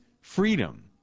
freedom